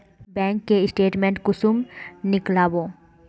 Bank के statement कुंसम नीकलावो?